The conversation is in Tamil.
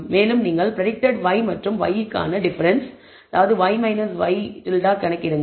மேலும் நீங்கள் பிரடிக்டட் y மற்றும் y க்கான டிஃபரன்ஸ் அதாவது y ŷ கணக்கிடுங்கள்